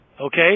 Okay